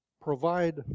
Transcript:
provide